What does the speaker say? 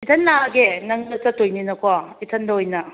ꯏꯊꯟ ꯂꯥꯛꯑꯒꯦ ꯅꯪꯒ ꯆꯠꯇꯣꯏꯅꯤꯅꯀꯣ ꯏꯊꯟꯗ ꯑꯣꯏꯅ